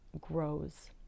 grows